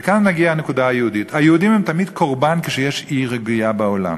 וכאן מגיעה הנקודה היהודית: היהודים הם תמיד קורבן כשיש אי-רגיעה בעולם.